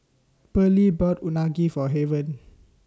Pearly bought Unagi For Haven